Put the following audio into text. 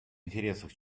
интересах